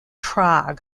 prague